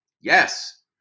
Yes